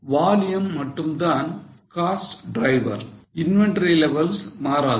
volume மட்டும்தான் cost driver inventory levels மாறாது